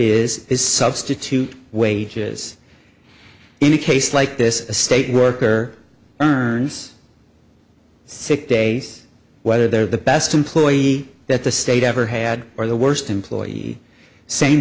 is is substitute wages in a case like this a state worker earns six days whether they're the best employee that the state ever had or the worst employee same